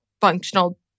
functional